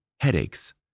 headaches